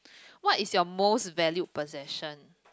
what is your most valued possession